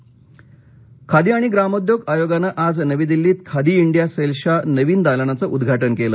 खादी खादी आणि ग्रामोद्योग आयोगानं आज नवी दिल्लीत खादी इंडिया सेल्सच्या नवीन दालनाघं उद्घाटन केलं